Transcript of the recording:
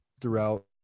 throughout